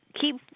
keep